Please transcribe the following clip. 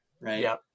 right